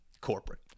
corporate